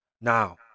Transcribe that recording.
Now